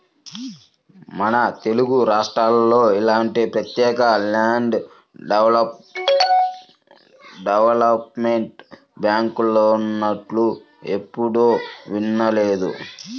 మన తెలుగురాష్ట్రాల్లో ఇలాంటి ప్రత్యేక ల్యాండ్ డెవలప్మెంట్ బ్యాంకులున్నట్లు ఎప్పుడూ వినలేదు